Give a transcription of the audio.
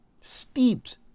steeped